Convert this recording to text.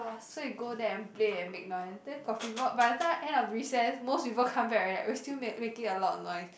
so we got there and play and make noise the got people by at the end of recess most people come back but we were still making a lot of noise